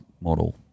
model